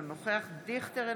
אינו נוכח אבי דיכטר,